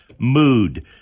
mood